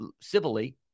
civilly